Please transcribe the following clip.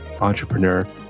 Entrepreneur